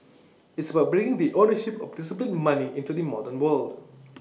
it's about bringing the ownership of disciplined money into the modern world